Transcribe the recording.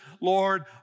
Lord